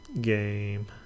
Game